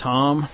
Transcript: Tom